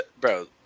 bro